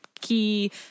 key